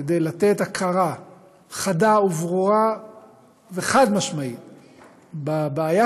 כדי לתת הכרה חדה וברורה וחד-משמעית בבעיה,